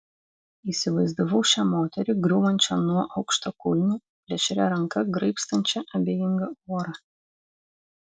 įsivaizdavau šią moterį griūvančią nuo aukštakulnių plėšria ranka graibstančią abejingą orą